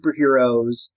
superheroes